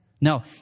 No